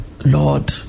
Lord